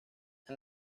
and